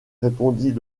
répondit